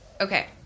Okay